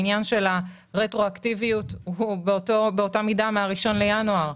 העניין של הרטרואקטיביות הוא באותה מידה מה-21 בינואר.